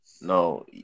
No